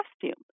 costume